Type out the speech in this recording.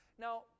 Now